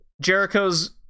Jericho's